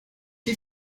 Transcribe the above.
die